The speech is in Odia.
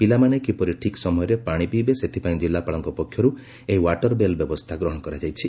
ପିଲାମାନେ କିପରି ଠିକ୍ ସମୟରେ ପାଣି ପିଇବେ ସେଥିପାଇଁ ଜିଲ୍ଲାପାଳଙ୍କ ପକ୍ଷରୁ ଏହି ଓ୍ୱାଟର ବେଲ୍ ବ୍ୟବସ୍ଥା ଗ୍ରହଶ କରାଯାଇଛି